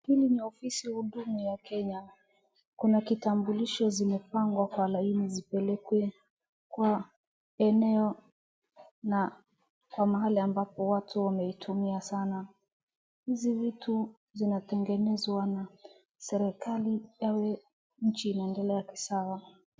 Hili ni ofisi hudumu ya Kenya. Kuna kitambulisho zimepagwa kwa laini zipelekwe kwa eneo na kwa mahali ambapo watu wameitumia sana. Hizi vitu zinatengenezwa na serikali yawe nchi inaendelea kisawa.